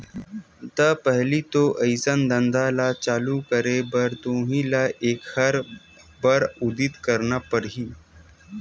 त पहिली तो अइसन धंधा ल चालू करे बर तुही ल एखर बर उदिम करना परही